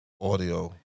audio